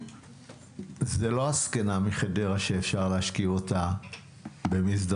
זה לא הזקנה מחדרה שאפשר להשקיע אותה במסדרון.